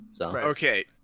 Okay